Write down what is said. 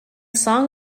song